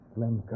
Slim